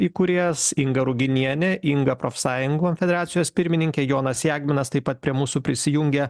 įkūrėjas inga ruginienė inga profsąjungų federacijos pirmininkė jonas jagminas taip pat prie mūsų prisijungia